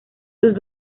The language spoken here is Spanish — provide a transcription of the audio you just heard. sus